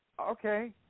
Okay